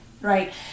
right